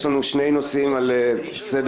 יש לנו שני נושאים על סדר